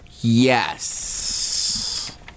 Yes